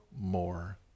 More